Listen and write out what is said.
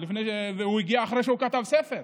והוא הגיע אחרי שהוא כתב ספר.